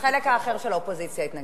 אז חלק אחר של האופוזיציה התנגד.